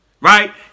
right